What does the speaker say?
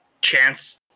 chance